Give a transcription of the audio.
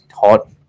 hot